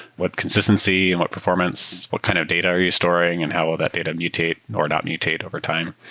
what consistency and what performance? what kind of data are you storing and how will that data mutate or not mutate overtime?